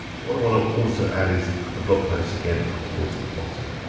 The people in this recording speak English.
what i wanna also add is the blog posts, again, towards the bottom.